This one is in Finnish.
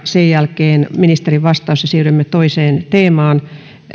sen jälkeen ministerin vastaus ja siirrymme toiseen teemaan